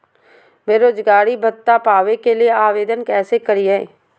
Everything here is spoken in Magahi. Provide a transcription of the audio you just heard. बेरोजगारी भत्ता पावे के लिए आवेदन कैसे करियय?